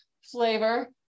flavor